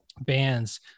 bands